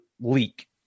leak